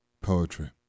poetry